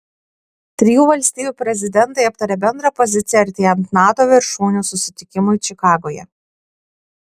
trijų valstybių prezidentai aptarė bendrą poziciją artėjant nato viršūnių susitikimui čikagoje